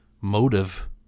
motive